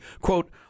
Quote